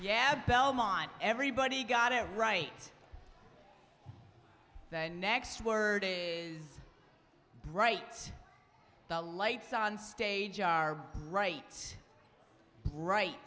yeah belmont everybody got it right the next word it is bright the lights on stage are right right